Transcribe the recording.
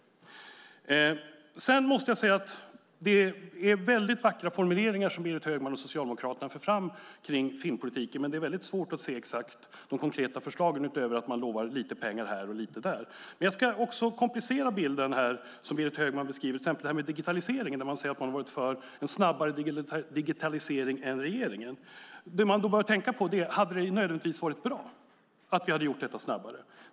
Det är väldigt vackra formuleringar som Berit Högman och Socialdemokraterna för fram om filmpolitiken. Men det är väldigt svårt att se exakt de konkreta förslagen utöver att man lovar lite pengar här och där. Jag vill också komplicera bilden som Berit Högman beskriver av till exempel digitaliseringen. De säger att de har varit för en snabbare digitalisering än vad regeringen varit. Det man bör tänka på är: Hade det nödvändigtvis varit bra att vi hade gjort detta snabbare?